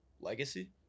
legacy